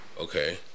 Okay